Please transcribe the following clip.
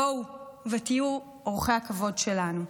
בואו ותהיו אורחי הכבוד שלנו.